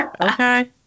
Okay